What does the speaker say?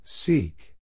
Seek